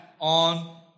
on